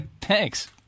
Thanks